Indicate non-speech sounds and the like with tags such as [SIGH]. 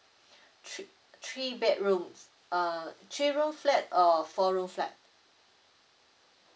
[BREATH] thr~ three bedrooms uh three room flat or four room flat